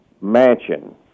mansion